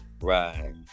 Right